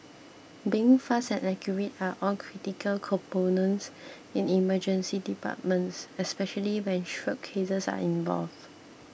being fast and accurate are all critical components in Emergency Departments especially when stroke cases are involved